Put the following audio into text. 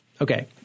Okay